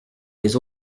des